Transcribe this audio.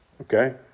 okay